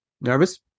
Nervous